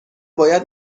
باید